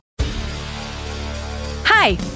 Hi